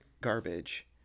garbage